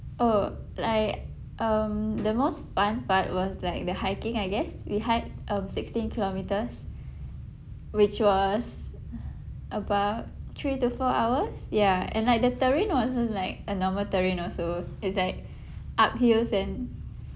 oh like um the most fun part was like the hiking I guess we hike um sixteen kilometres which was about three to four hours ya and like the terrain was just like a normal terrain also it's like uphills and